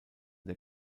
der